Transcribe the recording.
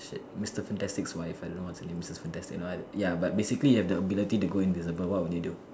Mr fantastic wife I don't know what's her name so Mrs fantastic but ya basically if you have the ability to go invisible